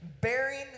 Bearing